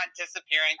disappearing